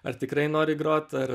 ar tikrai nori grot ar